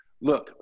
look